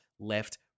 Left